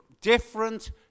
different